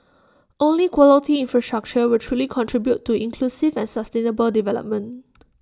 only quality infrastructure will truly contribute to inclusive and sustainable development